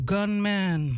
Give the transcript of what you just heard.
Gunman